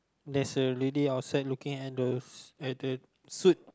there's a lady outside looking at the at the suit